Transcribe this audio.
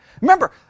Remember